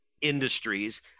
industries